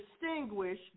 distinguish